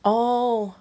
oh